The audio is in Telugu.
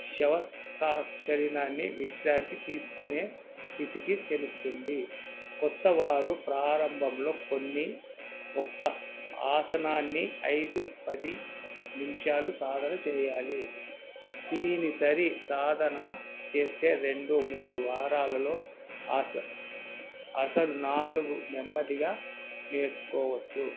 శవాసనము శరీరాన్ని విశ్రాంతి తీసుకునే స్థితికి తీసుకొస్తుంది కొత్తవారు ప్రారంభంలో కొన్ని ఒక్క ఆసనాన్ని ఐదు పది నిమిషాలు సాధన చెయ్యాలి దినసరి సాధన చేస్తే రెండు మూడు వారాలలో అస అసలు నాలుగు నెమ్మదిగా నేర్చుకోవచ్చు